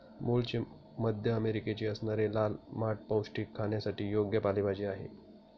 मूळची मध्य अमेरिकेची असणारी लाल माठ पौष्टिक, खाण्यासाठी योग्य पालेभाजी आहे